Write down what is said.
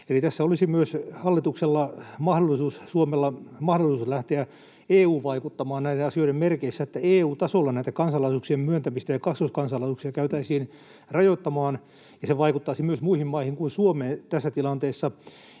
Eli tässä olisi Suomella myös mahdollisuus lähteä EU-vaikuttamaan näiden asioiden merkeissä niin, että EU-tasolla kansalaisuuksien myöntämistä ja kaksoiskansalaisuuksia käytäisiin rajoittamaan, ja se vaikuttaisi myös muihin maihin kuin Suomeen tässä tilanteessa.